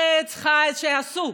חץ, חיץ, שיעשו.